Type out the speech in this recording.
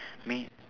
mean